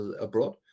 abroad